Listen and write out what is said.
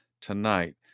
tonight